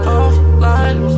offline